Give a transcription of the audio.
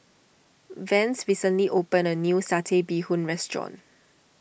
Vance recently opened a new Satay Bee Hoon restaurant